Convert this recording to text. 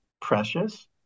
precious